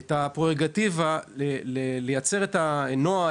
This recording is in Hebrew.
את הזכות לייצר את הנוהל,